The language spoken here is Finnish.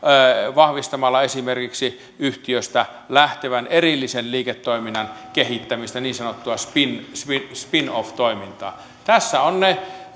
vahvistamalla esimerkiksi yhtiöstä lähtevän erillisen liiketoiminnan kehittämistä niin sanottua spin spin off toimintaa tässä